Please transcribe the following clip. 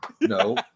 No